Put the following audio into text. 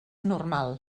normal